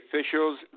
officials